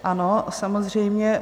Ano, samozřejmě.